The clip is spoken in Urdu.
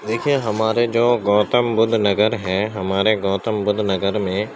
دیکھیے ہمارے جو گوتم بدھ نگر ہیں ہمارے گوتم بدھ نگر میں